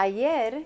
Ayer